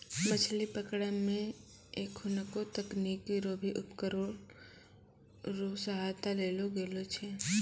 मछली पकड़ै मे एखुनको तकनीकी रो भी उपकरण रो सहायता लेलो गेलो छै